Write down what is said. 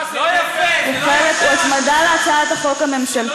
עוד מחבר לאופוזיציה לגנוב ככה?